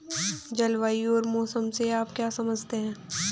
जलवायु और मौसम से आप क्या समझते हैं?